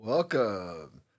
Welcome